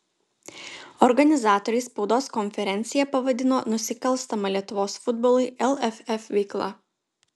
organizatoriai spaudos konferenciją pavadino nusikalstama lietuvos futbolui lff veikla